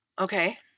Okay